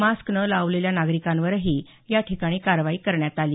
mask न लावलेल्या नागरिकांवरही या ठिकाणी कारवाई करण्यात आली